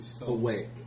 Awake